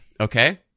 Okay